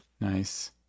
Nice